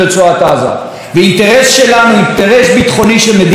ואינטרס שלנו, אינטרס ביטחוני של מדינת ישראל,